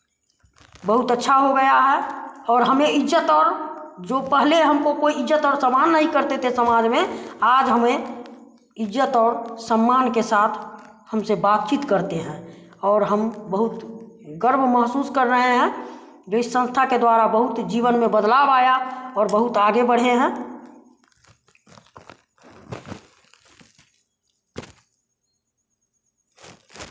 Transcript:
बहुत अच्छा हो गया है और हमें इज़्ज़त और जो पहले हमको कोई इज़्ज़त और समान नहीं करते थे समाज में आज हमें इज़्ज़त और समान के साथ हमसे बातचीत करते हैं और हम बहुत गर्व महसूस कर रहे हैं जो इस संस्था के द्वारा बहुत जीवन में बदलाव आया और बहुत आगे बढ़े हैं